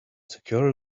secured